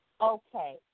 Okay